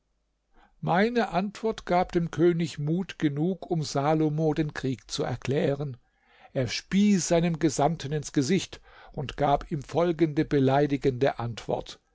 meine antwort gab dem könig mut genug um salomo den krieg zu erklären er spie seinem gesandten ins gesicht und gab ihm folgende beleidigende antwort